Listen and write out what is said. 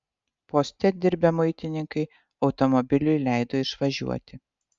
poste dirbę muitininkai automobiliui leido išvažiuoti